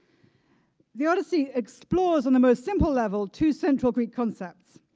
the odyssey explores on the most simple level two central greek concepts.